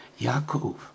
Ya'akov